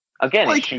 Again